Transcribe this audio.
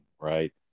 right